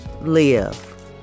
live